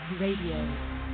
Radio